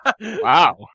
Wow